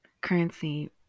currency